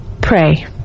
pray